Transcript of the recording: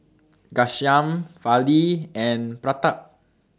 Ghanshyam Fali and Pratap